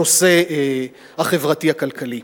הנושא החברתי-הכלכלי.